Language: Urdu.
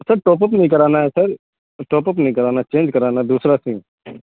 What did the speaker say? سر ٹاپ اپ نہیں کرانا ہے سر ٹاپ اپ نہیں کرانا چینج کرانا ہے دوسرا سم